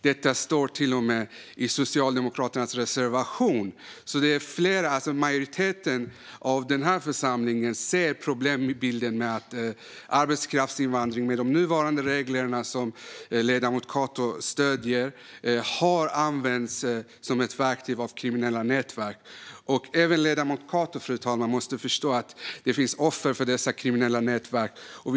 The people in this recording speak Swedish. Detta står till och med i Socialdemokraternas reservation, så majoriteten i denna församling ser problembilden att arbetskraftsinvandring enligt de nuvarande reglerna - som ledamoten Cato stöder - har använts som ett verktyg av kriminella nätverk. Även ledamoten Cato måste förstå att det finns de som faller offer för dessa kriminella nätverk, fru talman.